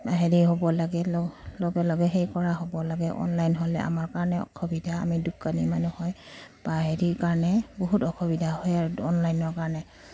হেৰি হ'ব লাগে লগ লগে লগে হেৰি কৰা হ'ব লাগে অনলাইন হ'লে আমাৰ কাৰণে অসুবিধা আমি দোকানী মানুহ হয় বা হেৰিৰ কাৰণে বহুত অসুবিধা হয় আৰু অনলাইনৰ কাৰণে